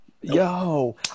Yo